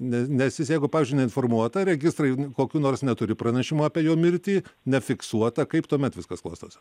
ne nes jis jeigu pavyzdžiui neinformuota registrai kokių nors neturi pranešimų apie jo mirtį nefiksuota kaip tuomet viskas klostosi